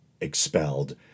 expelled